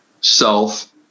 self